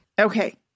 Okay